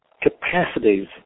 capacities